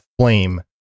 flame